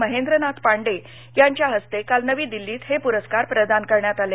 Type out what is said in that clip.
महेंद्रनाथ पांडे यांच्या हस्ते काल नवी दिल्लीत हे पुरस्कार प्रदान करण्यात आले